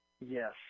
Yes